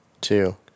two